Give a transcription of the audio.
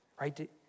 Right